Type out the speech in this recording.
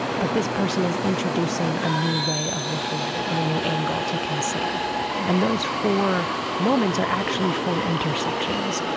but this person is introducing a new way of looking at it or a new angle to consider and those four moments are actually four intersections.